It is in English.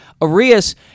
Arias